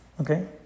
okay